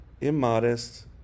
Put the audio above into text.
immodest